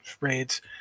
raids